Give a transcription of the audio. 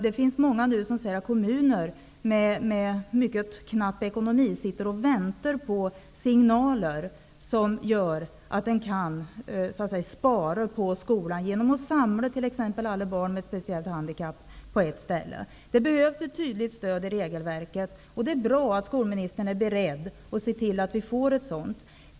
Det finns många kommuner med mycket knapp ekonomi som sitter och väntar på signaler, som gör att de kan spara på skolan genom att t.ex. samla alla barn med ett speciellt handikapp på ett ställe. Det behövs ett tydligt stöd i regelverket. Det är bra att skolministern är beredd att se till att vi får ett sådant.